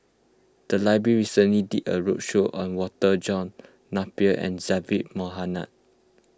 the library recently did a roadshow on Walter John Napier and Zaqy Mohamad